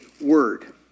word